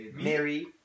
Mary